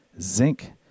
Zinc